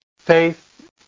faith